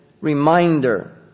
reminder